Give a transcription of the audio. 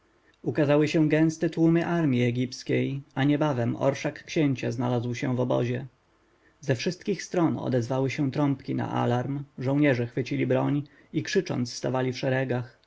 ukazały się gęste tłumy armji egipskiej a niebawem orszak księcia znalazł się w obozie ze wszystkich stron odezwały się trąbki na alarm żołnierze chwycili broń i krzycząc stawali w szeregach